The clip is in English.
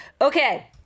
okay